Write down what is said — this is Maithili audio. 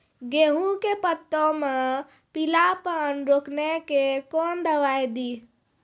गेहूँ के पत्तों मे पीलापन रोकने के कौन दवाई दी?